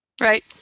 Right